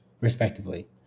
respectively